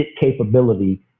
capability